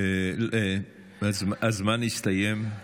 הזמן הסתיים.